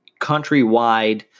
countrywide